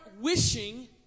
wishing